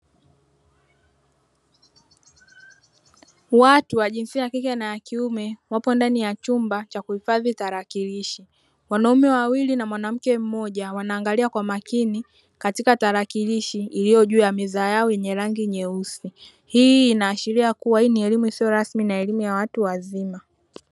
Watu wa jinsia ya kike na kiume wapo ndani ya chumba cha kuhiadhi tarakilishi, wanaume wawili na mke mmoja wanaangalia kwa makini katika tarakilishi iliyo juu ya meza yao yenye rangi nyeusi, hii inaashiria kuwa ni elimu isiyo rasmi na elimu ya watu wazima.